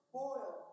boil